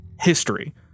history